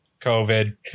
COVID